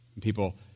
People